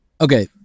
Okay